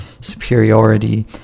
superiority